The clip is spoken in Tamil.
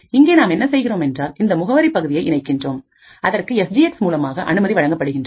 இங்கே நாம் என்ன செய்கிறோம் என்றால் இந்த முகவரி பகுதியை இணைக்கின்றோம் அதற்கு எஸ் ஜி எக்ஸ்மூலமாக அனுமதி வழங்கப்படுகின்றது